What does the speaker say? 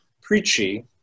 preachy